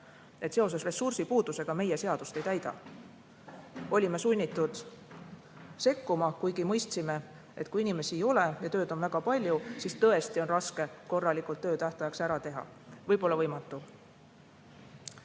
et seoses ressursipuudusega nemad seadust ei täida. Olime sunnitud sekkuma, kuigi mõistsime, et kui inimesi ei ole ja tööd on väga palju, siis tõesti on raske korralikult töö tähtajaks ära teha. Võib-olla võimatu.